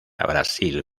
brasil